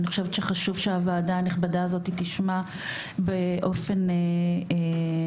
אני חושבת שחשוב שהוועדה הנכבדה הזאת תשמע באופן ככה,